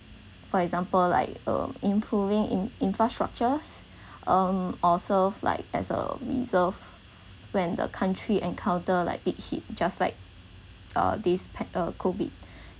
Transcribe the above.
for example like uh improving infra~ infrastructures um or serve like as a reserve when the country encounter like big hit just like uh this pan~ uh COVID